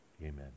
Amen